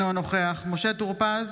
אינו נוכח משה טור פז,